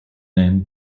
name